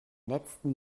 letzten